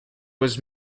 was